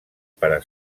para